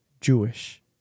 Jewish